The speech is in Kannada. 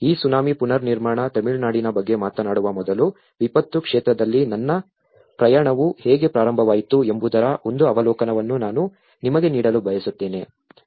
ಈ ಸುನಾಮಿ ಪುನರ್ನಿರ್ಮಾಣ ತಮಿಳುನಾಡಿನ ಬಗ್ಗೆ ಮಾತನಾಡುವ ಮೊದಲು ವಿಪತ್ತು ಕ್ಷೇತ್ರದಲ್ಲಿ ನನ್ನ ಪ್ರಯಾಣವು ಹೇಗೆ ಪ್ರಾರಂಭವಾಯಿತು ಎಂಬುದರ ಒಂದು ಅವಲೋಕನವನ್ನು ನಾನು ನಿಮಗೆ ನೀಡಲು ಬಯಸುತ್ತೇನೆ